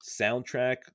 soundtrack